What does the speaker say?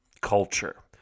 culture